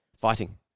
Fighting